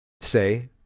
say